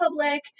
public